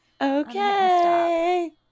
Okay